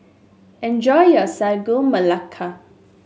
enjoy your Sagu Melaka